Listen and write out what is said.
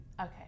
okay